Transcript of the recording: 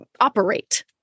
operate